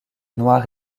noir